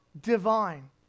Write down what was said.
divine